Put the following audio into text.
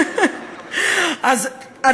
מזל שזה היה רק שישה ימים.